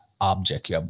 object